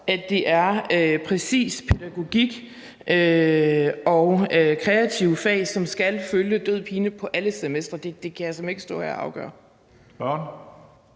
at det er præcis pædagogik og kreative fag, som død og pine skal følges på alle semestre. Det kan jeg simpelt hen ikke stå her og afgøre.